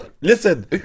listen